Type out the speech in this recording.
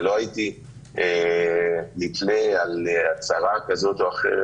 ולא הייתי נתלה בהצהרה כזאת או אחרת,